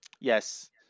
Yes